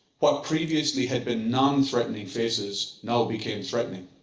what previously had been non-threatening faces now became threatening.